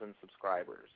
subscribers